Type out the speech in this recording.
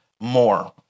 more